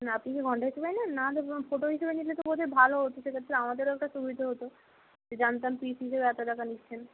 না আপনি কি ঘণ্টা হিসেবে নেন না হলে ফটো হিসেবে নিলে তো বোধহয় ভালো হতো সেক্ষেত্রে আমাদেরও একটা সুবিধে হতো যে জানতাম পিস হিসাবে এত টাকা নিচ্ছেন